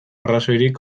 arrazoirik